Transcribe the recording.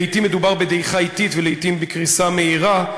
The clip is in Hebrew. לעתים מדובר בדעיכה אטית ולעתים, בקריסה מהירה.